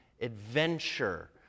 adventure